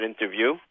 interview